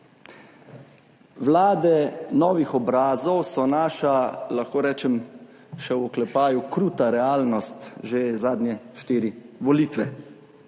Vlade novih obrazov so naša, lahko rečem še v oklepaju, kruta realnost že zadnje štiri volitve.